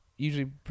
Usually